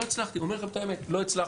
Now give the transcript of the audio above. לא הצלחתי, אני אומר לכם את האמת, לא הצלחנו.